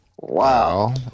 wow